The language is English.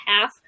half